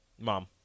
Mom